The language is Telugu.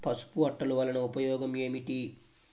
పసుపు అట్టలు వలన ఉపయోగం ఏమిటి?